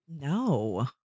No